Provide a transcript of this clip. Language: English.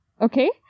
okay